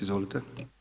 Izvolite.